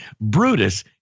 Brutus